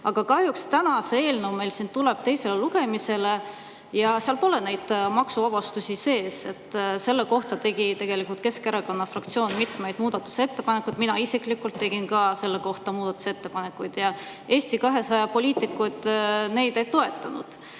Kahjuks tuleb täna see eelnõu teisele lugemisele ja seal pole neid maksuvabastusi sees. Selle kohta tegi Keskerakonna fraktsioon mitmeid muudatusettepanekuid – mina isiklikult tegin ka selle kohta muudatusettepanekuid –, aga Eesti 200 poliitikud neid ei toetanud.